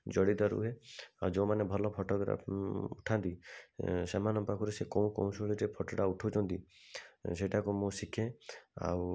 ଜଡ଼ିତ ରୁହେ ଆଉ ଯୋଉମାନେ ଭଲ ଫୋଟୋଗ୍ରାଫ୍ ଉଠାନ୍ତି ଏ ସେମାନଙ୍କ ପାଖରୁ ସେ କୋଉ କୌଶଳରେ ଫୋଟୋଟା ଉଠଉଛନ୍ତି ସେଇଟାକୁ ମୁଁ ଶିଖେ ଆଉ